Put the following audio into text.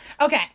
Okay